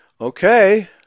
Okay